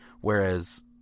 Whereas